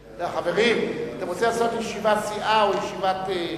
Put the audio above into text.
חברים, אתם רוצים לעשות ישיבת סיעה או ישיבת,